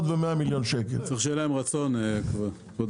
צריך שיהיה להם רצון, כבוד